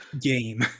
game